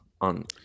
On